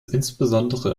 insbesondere